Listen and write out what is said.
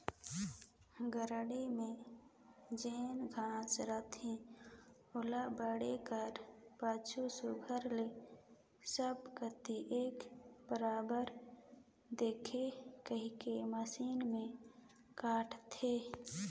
garden में जेन घांस रहथे ओला बाढ़े कर पाछू सुग्घर ले सब कती एक बरोबेर दिखे कहिके मसीन में काटथें